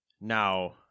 Now